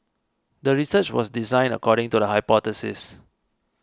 the research was designed according to the hypothesis